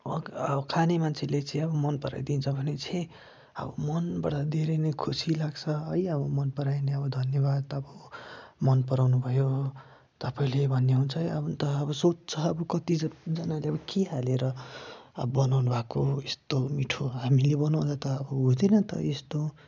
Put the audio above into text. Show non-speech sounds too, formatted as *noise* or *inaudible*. *unintelligible* खाने मान्छेले चाहिँ अब मन पराइदिन्छ भने चाहिँ अब मनबाट धेरै नै खुसी लाग्छ है आबो मन परायो भने धन्यवाद अब मन पराउनु भयो तपाईँले भन्ने हुन्छ अन्त अब सोध्छ अब कतिजनाले के हालेर अब बनाउनुभएको यस्तो मिठो हामीले बनाउँदा त हुँदैन त यस्तो